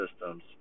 systems